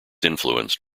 influenced